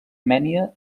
armènia